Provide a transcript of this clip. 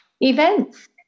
events